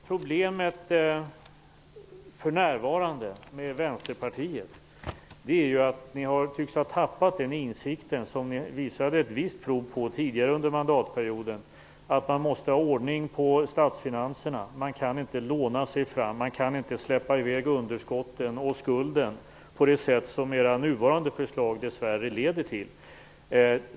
Problemet med Vänsterpartiet för närvarande är ju att ni tycks ha tappat den insikt som ni visade visst prov på tidigare under mandatperioden, nämligen att man måste ha ordning på statsfinanserna. Man kan inte låna sig fram. Man kan inte släppa i väg underskotten och skulden på det sätt som era nuvarande förslag dessvärre leder till.